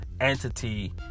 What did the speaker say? entity